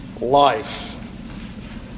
life